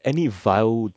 any vile